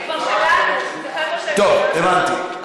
טוב, הבנתי.